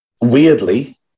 weirdly